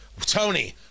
Tony